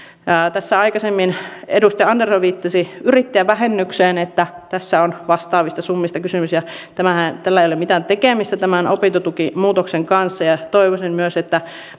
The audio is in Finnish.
tässä aikaisemmin edustaja andersson viittasi yrittäjävähennykseen ja siihen että tässä on vastaavista summista kysymys tällä ei ole mitään tekemistä tämän opintotukimuutoksen kanssa ja toivoisin myös että